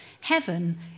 heaven